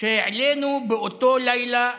שהעלינו באותו לילה,